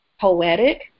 poetic